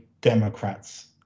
Democrats